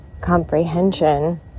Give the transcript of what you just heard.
comprehension